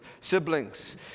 siblings